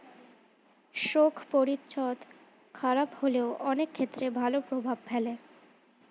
শোক পরিচ্ছদ খারাপ হলেও অনেক ক্ষেত্রে ভালো প্রভাব ফেলে